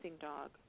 dog